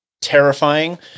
terrifying